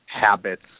habits